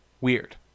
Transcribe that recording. Weird